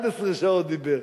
11 שעות דיבר.